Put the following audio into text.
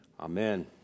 Amen